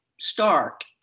stark